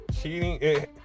cheating